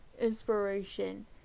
inspiration